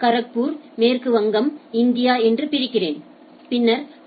கரக்பூர் மேற்கு வங்கம் இந்தியா என்று பிரிக்கிறேன் பின்னர் ஐ